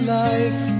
life